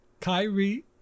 Kyrie